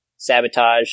sabotage